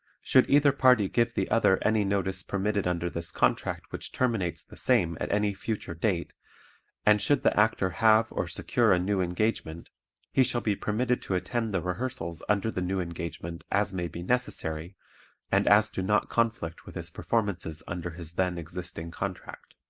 should either party give the other any notice permitted under this contract which terminates the same at any future date and should the actor have or secure a new engagement he shall be permitted to attend the rehearsals under the new engagement as may be necessary and as do not conflict with his performances under his then existing contract.